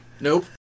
Nope